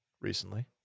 recently